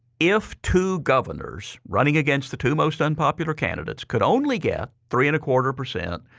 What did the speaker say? if two governors running against the two most unpopular candidates could only get three and a quarter percent,